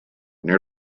near